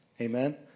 Amen